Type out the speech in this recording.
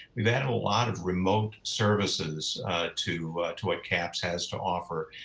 we've added a lot of remote services to to what caps has to offer.